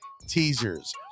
teasers